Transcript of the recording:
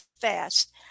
fast